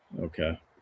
Okay